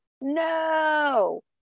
no